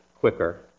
quicker